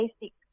basic